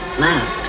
left